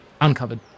uncovered